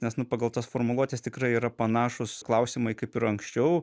nes nu pagal tas formuluotes tikrai yra panašūs klausimai kaip ir anksčiau